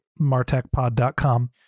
martechpod.com